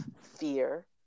fear